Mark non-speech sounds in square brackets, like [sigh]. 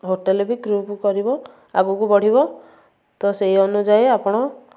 hotel ବି [unintelligible] କରିବ ଆଗକୁ ବଢ଼ିବ ତ ସେଇ ଅନୁଯାୟୀ ଆପଣ